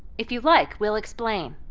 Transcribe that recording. if you like, we'll explain.